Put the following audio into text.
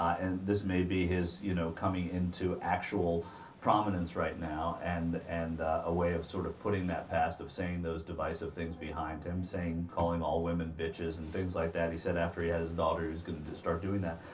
and this may be his you know coming into actual prominence right now and and ah. a way of sort of putting that passage saying those divisive things behind him saying calling all women bitches and things like that he said after he had his daughter is going to start doing that